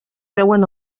veuen